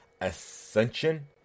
Ascension